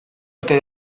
ote